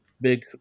big